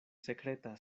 sekreta